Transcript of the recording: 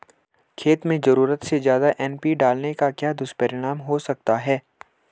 खेत में ज़रूरत से ज्यादा एन.पी.के डालने का क्या दुष्परिणाम हो सकता है?